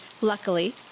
Luckily